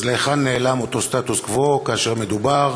אז להיכן נעלם אותו סטטוס-קוו כאשר מדובר